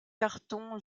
cartons